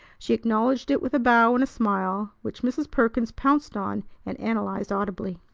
she acknowledged it with a bow and a smile which mrs. perkins pounced on and analyzed audibly.